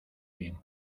bien